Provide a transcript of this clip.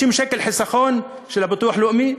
50 שקל חיסכון של הביטוח לאומי?